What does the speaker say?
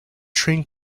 train